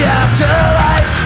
afterlife